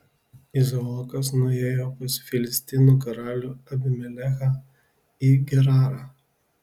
izaokas nuėjo pas filistinų karalių abimelechą į gerarą